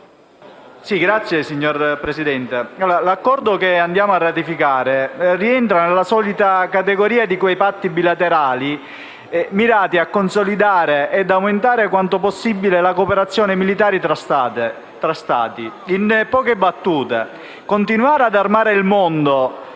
l'Accordo che andiamo a ratificare rientra nella categoria di quei patti bilaterali finalizzati a consolidare e aumentare il più possibile la collaborazione militare tra Stati. In poche battute, continuare ad armare il mondo